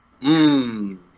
Mmm